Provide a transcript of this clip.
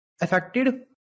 affected